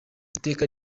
iteka